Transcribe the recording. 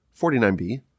49b